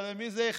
אבל למי זה אכפת?